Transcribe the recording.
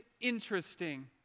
interesting